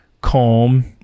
calm